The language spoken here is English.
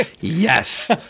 Yes